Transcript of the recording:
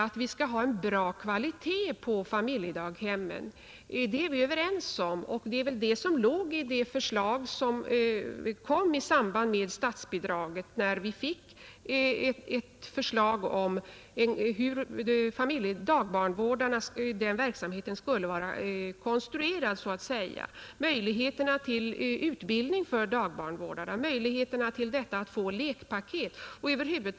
Att vi skall ha en bra kvalitet på familjedaghemmen är vi, herr Romanus, överens om, Det var väl detta som låg bakom det förslag som framlades i samband med statsbidraget. Vi fick då ett förslag om hur dagbarnvårdarnas verksamhet så att säga skulle vara konstruerad, om möjligheterna till utbildning för dagbarnvårdarna, om möjligheterna att få lekpaket.